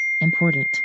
important